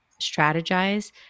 strategize